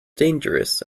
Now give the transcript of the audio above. dangerous